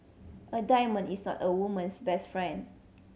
a diamond is not a woman's best friend